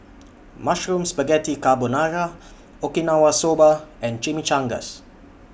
Mushroom Spaghetti Carbonara Okinawa Soba and Chimichangas